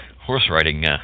horse-riding